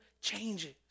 changes